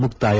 ಮುಕ್ತಾಯ